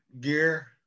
gear